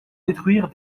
détruire